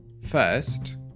First